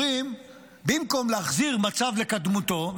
אומרים: במקום להחזיר מצב לקדמותו,